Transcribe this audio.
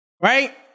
Right